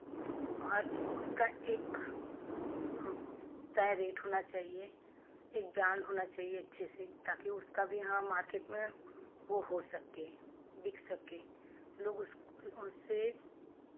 और उसका एक तय रेट होना चाहिए एक ब्रांड होना चाहिए अच्छे से ताकि उसका भी यहाँ मार्केट में वो हो सके बिक सके लोग उस उससे